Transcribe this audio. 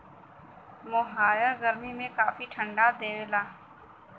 मोहायर गरमी में काफी ठंडा देवला